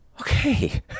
Okay